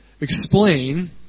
explain